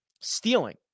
stealing